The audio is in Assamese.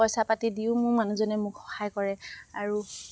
পইচা পাতি দিও মোৰ মানুহজনে মোক সহায় কৰে আৰু